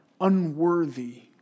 unworthy